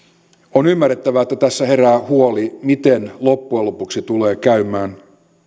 on ymmärrettävää että herää huoli miten loppujen lopuksi tulee käymään